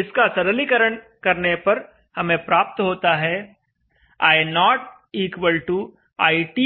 इसका सरलीकरण करने पर हमें प्राप्त होता है I0 IT